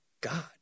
God